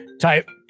type